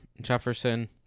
Jefferson